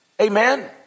Amen